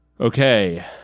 Okay